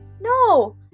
no